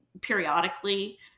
periodically